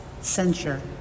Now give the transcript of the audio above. censure